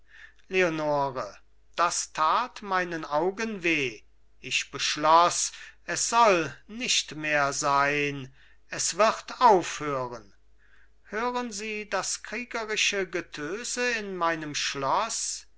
leonore das tat meinen augen weh ich beschloß es soll nicht mehr sein es wird aufhören hören sie das kriegerische getöse in meinem schloß